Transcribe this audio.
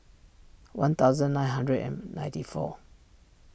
one thousand nine hundred and ninety four